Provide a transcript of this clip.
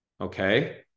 okay